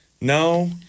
no